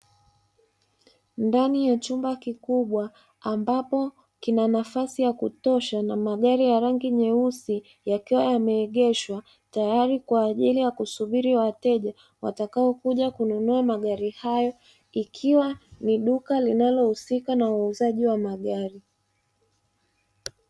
Ndani ya chumba kikubwa ambapo kina nafasi ya kutosha na magari ya rangi nyeusi yakiwa yameegeshwa. Tayari kwa ajili ya kusubiri wateja watakaokuja kununua magari hayo, ikiwa ni duka linalohusika na uuzaji wa magari.